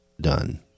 done